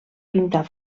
pintar